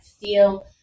feel